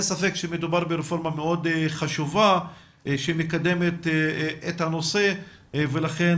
אין ספק שמדובר ברפורמה מאוד חשובה שמקדמת את הנושא ולכן